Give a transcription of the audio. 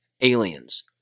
aliens